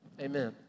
Amen